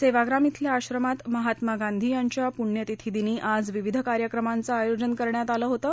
सेवाग्राम इथल्या आश्रमात महात्मा गांधी यांच्या पृण्यतिथीदिनी आज विविध कार्यक्रमांचं आयोजन करण्यात आलं होतं